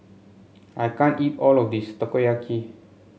I can't eat all of this Takoyaki